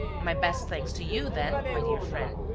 my best thanks to you, then, my dear friend,